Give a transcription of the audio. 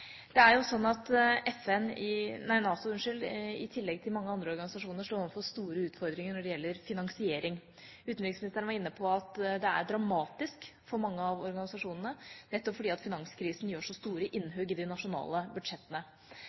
Det er jo slik at NATO i tillegg til mange andre organisasjoner står overfor store utfordringer når det gjelder finansiering. Utenriksministeren var inne på at det er dramatisk for mange av organisasjonene, nettopp fordi finanskrisen gjør så store innhugg i de nasjonale budsjettene.